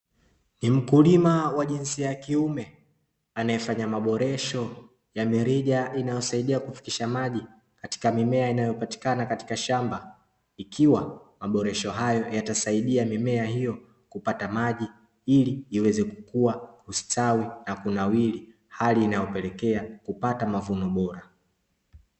Ni miulima wa jinsia ya kiume anayefanya maboresho ya mirija inayorusha maji katika mimea inayopatikana katika shamba, ikiwa maboresho hayo yataweza kusaidia mimea kupata maji, ili iweze kukua, kustawi na kunawiri hali inayopelekea kupata mavuno bora.